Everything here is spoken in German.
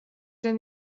denn